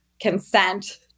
consent